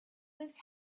this